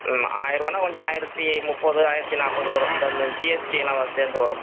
ம் ஆயிரரூவானா கொஞ்சம் ஆயிரத்து முப்பது ஆயிரத்து நாற்பது வரும் இந்த இந்த ஜிஎஸ்டி எல்லாம் வ சேர்ந்து வரும்